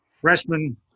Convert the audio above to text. freshman